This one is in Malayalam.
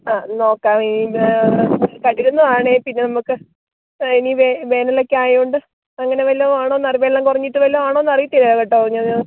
ആ നോക്കാവേ കഴുകുന്നത് ആണ് പിന്നെ നമുക്ക് ഇനി വേ വേനലൊക്കെ ആയത് കൊണ്ട് അങ്ങനെ വല്ലതും ആണോ വെള്ളംകുറഞ്ഞിട്ട് വല്ലതും ആണോ എന്നറിയത്തില്ല കേട്ടോ ഇനിയത്